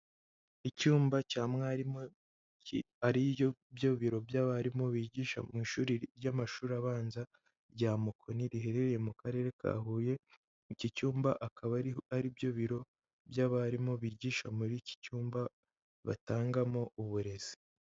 Icyumba cya mwarimu, ari byo biro by'abarimu bigisha mu ishuri ry'amashuri abanza, rya Mukoni, riherereye mu karere ka Huye,i iki cyumba akaba ariho ari byo biro, by'abarimu bigisha muri iki cyumba batangamo uburezi.